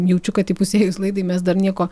jaučiu kad įpusėjus laidai mes dar nieko